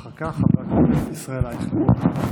אחר כך, חבר הכנסת ישראל אייכלר.